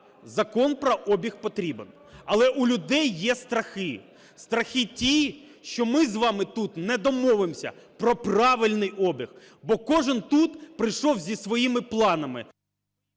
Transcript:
закон про обіг потрібен, але у людей є страхи, страхи ті, що ми з вами тут не домовимося про правильний обіг, бо кожен тут прийшов зі своїми планами…